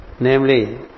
namely